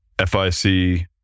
F-I-C